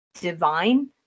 divine